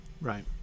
Right